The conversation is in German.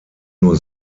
nur